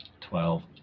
twelve